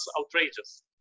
outrageous